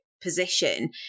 position